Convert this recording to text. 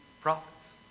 prophets